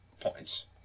points